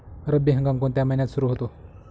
रब्बी हंगाम कोणत्या महिन्यात सुरु होतो?